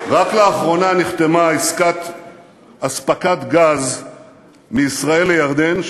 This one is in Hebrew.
רק לאחרונה נחתמה עסקת אספקת גז מישראל לירדן,